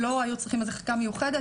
לא היו צריכים החלטה מיוחדת,